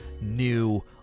new